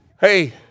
Hey